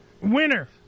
Winner